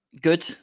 good